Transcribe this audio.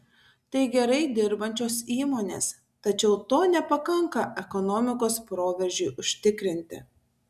tai gerai dirbančios įmonės tačiau to nepakanka ekonomikos proveržiui užtikrinti